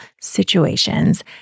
situations